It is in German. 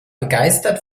begeistert